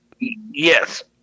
Yes